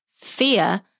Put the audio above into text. Fear